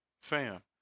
Fam